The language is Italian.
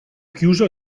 chiuso